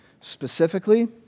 Specifically